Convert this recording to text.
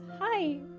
hi